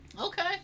Okay